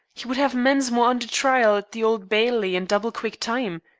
he would have mensmore under trial at the old bailey in double-quick time.